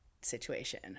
situation